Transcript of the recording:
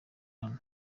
hano